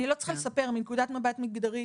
אני לא צריכה לספר מנקודת מבט מגדרית,